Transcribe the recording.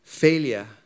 Failure